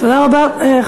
תודה רבה,